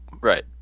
right